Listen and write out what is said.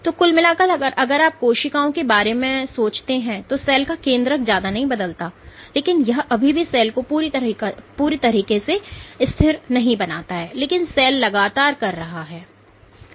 तो कुल मिलाकर अगर आप कोशिकाओं के बारे में सोचते हैं तो सेल का केन्द्रक ज्यादा नहीं बदलता है लेकिन यह अभी भी सेल को पूरी तरह से स्थिर नहीं बनाता है लेकिन सेल लगातार कर रहा है